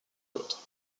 l’autre